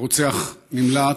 הרוצח נמלט.